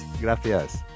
gracias